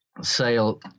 sale